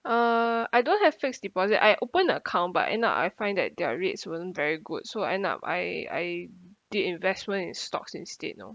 uh I don't have fixed deposit I open the account but end up I find that their rates wasn't very good so end up I I did investment in stocks instead lor